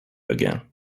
again